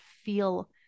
feel